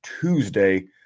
Tuesday